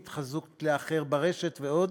התחזות לאחר ברשת ועוד,